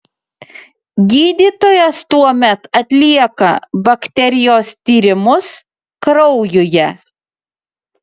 gydytojas tuomet atlieka bakterijos tyrimus kraujuje